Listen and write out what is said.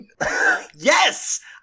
Yes